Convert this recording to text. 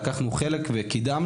ולקחנו חלק וקידמנו,